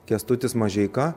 kęstutis mažeika